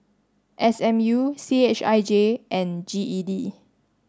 S M U C H I J and G E D